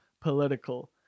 political